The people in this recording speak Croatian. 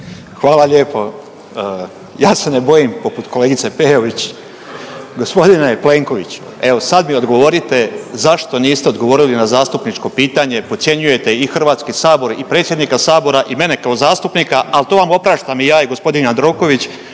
Hvala lijepo. Ja se ne bojim poput kolegice Peović. Gospodine Plenković, evo sad mi odgovorite zašto niste odgovorili na zastupničko pitanje, podcjenjujete i HS i predsjednika sabora i mene kao zastupnika, al to vam opraštam i ja i g. Jandroković,